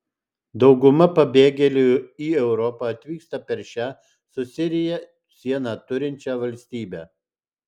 dauguma pabėgėlių į europą atvyksta per šią su sirija sieną turinčią valstybę